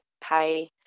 pay